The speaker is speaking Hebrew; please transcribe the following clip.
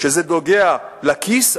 כשזה נוגע לכיס,